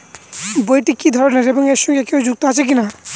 বইটি কি ধরনের এবং এর সঙ্গে কেউ যুক্ত আছে কিনা?